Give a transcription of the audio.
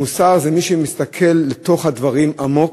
מוסר זה מי שמסתכל לתוך הדברים, עמוק,